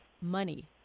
money